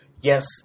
Yes